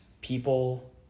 people